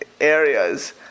areas